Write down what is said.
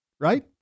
Right